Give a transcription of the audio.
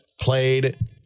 played